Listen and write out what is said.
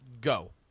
Go